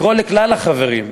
לקרוא לכלל החברים,